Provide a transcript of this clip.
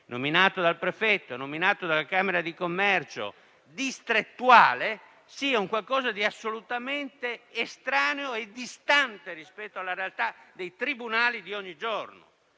nominato dal prefetto ed uno nominato dalla camera di commercio distrettuale, che sarebbe assolutamente estranea e distante rispetto alla realtà dei tribunali di ogni giorno.